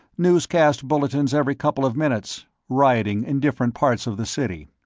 newscast bulletins every couple of minutes rioting in different parts of the city.